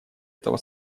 этого